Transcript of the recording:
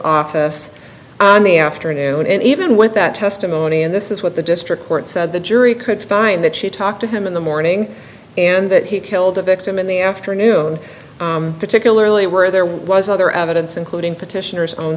office in the afternoon and even with that testimony and this is what the district court said the jury could find that she talked to him in the morning and that he killed the victim in the afternoon particularly where there was other evidence including petitioners own